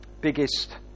biggest